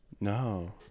No